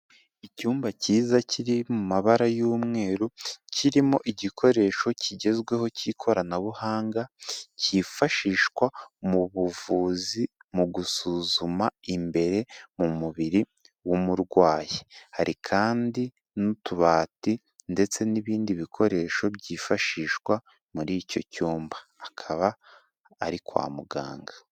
Icyumba cyiza kiri mu mabara y'umweru, kirimo igikoresho kigezweho cy'ikoranabuhanga, cyifashishwa mu buvuzi mu gusuzuma imbere mu mubiri w'umurwayi, hari kandi n'utubati ndetse n'ibindi bikoresho byifashishwa muri icyo cyumba, akaba ari kwa muganga.